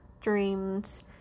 dreams